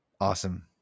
Awesome